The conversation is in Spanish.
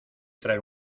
traer